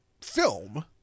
film